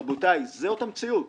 רבותיי, זאת המציאות.